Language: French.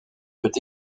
peut